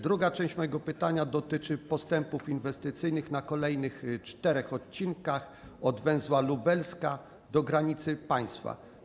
Druga część mojego pytania dotyczy postępów inwestycyjnych na kolejnych czterech odcinkach od węzła Lubelska do granicy państwa.